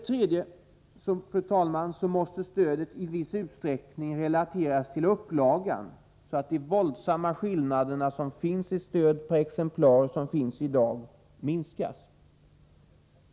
Stödet måste i viss utsträckning relateras till upplaga, så att de våldsamma skillnader som finns i dag i stöd per exemplar minskas.